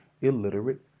illiterate